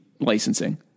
licensing